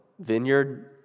vineyard